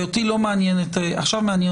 השר יבחן את התוספת והמגמה צריכה להיות